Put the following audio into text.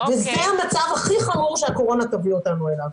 וזה המצב הכי חמור שהקורונה תביא אותנו אליו.